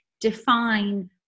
define